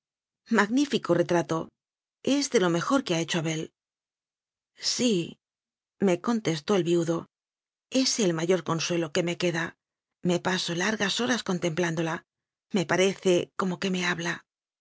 magnífico retrato es de lo mejor que ha hecho abel síme contestó el viudo es el mayor consuelo que me queda me paso largas horas contemplándola parece como que me habla